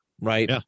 right